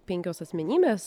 penkios asmenybės